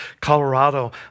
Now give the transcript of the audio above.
Colorado